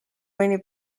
mõni